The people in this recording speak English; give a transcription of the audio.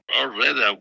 already